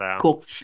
cool